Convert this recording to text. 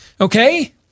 Okay